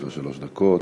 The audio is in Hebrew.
יש לך שלוש דקות.